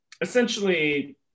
essentially